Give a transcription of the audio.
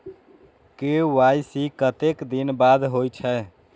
KYC कतेक दिन बाद होई छै?